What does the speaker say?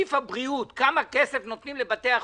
בסעיף הבריאות כמה כסף נותנים לבתי החולים,